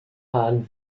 hahn